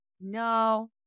no